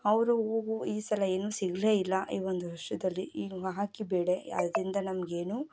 ಅವರು ಓಹೋ ಈ ಸಲ ಏನು ಸಿಗಲೇ ಇಲ್ಲ ಈ ಒಂದು ವರ್ಷದಲ್ಲಿ ಹಾಕಿ ಬೆಳೆ ಅದರಿಂದ ನಮಗೇನು